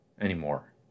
anymore